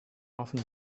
often